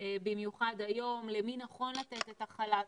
במיוחד היום, למי נכון לתת את החל"ת,